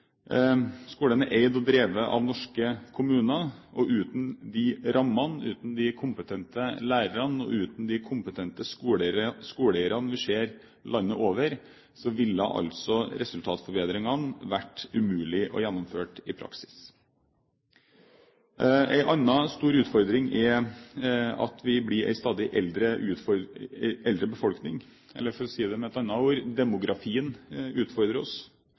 Skolene er eid og drevet av norske kommuner. Uten de rammene, uten de kompetente lærerne og uten de kompetente skoleeierne vi ser landet over, ville det vært umulig å gjennomføre de resultatforbedringene i praksis. En annen stor utfordring er at vi blir en stadig eldre befolkning. For å si det på en annen måte: Demografien utfordrer oss.